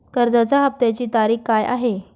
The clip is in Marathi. कर्जाचा हफ्त्याची तारीख काय आहे?